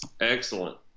excellent